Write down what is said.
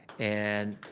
and,